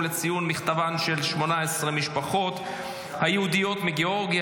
לציון מכתבן של 18 המשפחות היהודיות מגאורגיה,